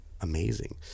amazing